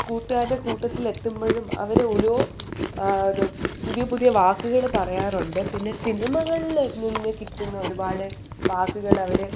കൂട്ടുകാരുടെ കൂട്ടത്തിൽ എത്തുമ്പോഴും അവർ ഓരോ അത് പുതിയ പുതിയ വാക്കുകൾ പറയാറുണ്ട് പിന്നെ സിനിമകളിൽ നിന്ന് കിട്ടുന്ന ഒരുപാട് വാക്കുകൾ അവർ